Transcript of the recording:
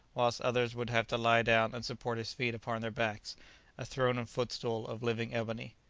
whilst others would have to lie down and support his feet upon their backs a throne and footstool of living ebony.